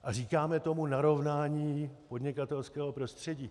A říkáme tomu narovnání podnikatelského prostředí.